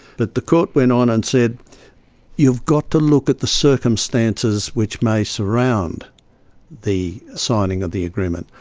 the the court went on and said you've got to look at the circumstances which may surround the signing of the agreement.